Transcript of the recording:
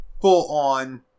full-on